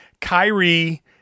Kyrie